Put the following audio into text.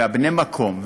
ובני המקום,